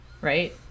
right